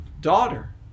daughter